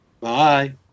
Bye